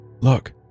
Look